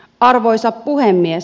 arvoisa puhemies